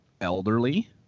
elderly